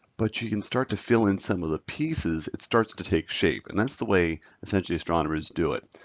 but you can start to fill in some of the pieces, it starts to take shape. and that's the way essentially astronomers do it.